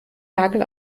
nagel